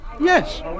Yes